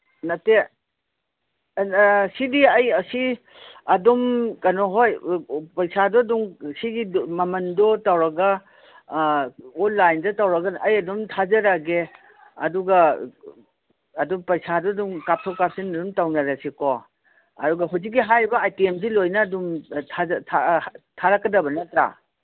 ꯅꯠꯇꯦ ꯁꯤꯗꯤ ꯑꯩ ꯑꯁꯤ ꯑꯗꯨꯝ ꯀꯩꯅꯣ ꯍꯣꯏ ꯄꯩꯁꯥꯗꯣ ꯑꯗꯨꯝ ꯁꯤꯒꯤ ꯃꯃꯟꯗꯣ ꯇꯧꯔꯒ ꯑꯣꯟꯂꯥꯏꯟꯗ ꯇꯧꯔꯒ ꯑꯩ ꯑꯗꯨꯝ ꯊꯥꯖꯔꯛꯑꯒꯦ ꯑꯗꯨꯒ ꯑꯗꯨ ꯄꯩꯁꯥꯗꯨ ꯑꯗꯨꯝ ꯀꯥꯞꯊꯣꯛ ꯀꯥꯞꯁꯤꯟ ꯑꯗꯨꯝ ꯇꯧꯅꯔꯁꯤꯀꯣ ꯑꯗꯨꯒ ꯍꯧꯖꯤꯛꯀꯤ ꯍꯥꯏꯔꯤꯕ ꯑꯥꯏꯇꯦꯝꯁꯤ ꯂꯣꯏꯅ ꯑꯗꯨꯝ ꯊꯥꯔꯛꯀꯗꯕ ꯅꯠꯇ꯭ꯔꯥ